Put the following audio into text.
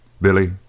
Billy